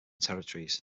territories